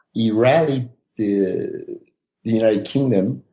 he rallied the united kingdom.